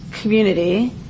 community